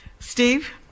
Steve